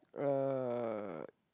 uh